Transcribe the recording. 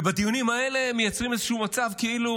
ובדיונים האלה הם מייצרים איזשהו מצב כאילו